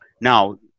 Now